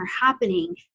happening